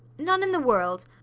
none in the world,